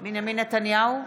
בנימין נתניהו,